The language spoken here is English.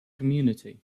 community